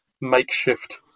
makeshift